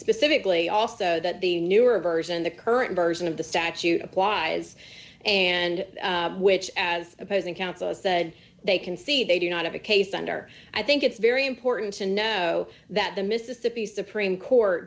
specifically also that the newer version the current version of the statute applies and which as opposing counsel said they can see they do not have a case under i think it's very important to know that the mississippi supreme court